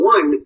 One